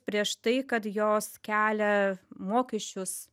prieš tai kad jos kelia mokesčius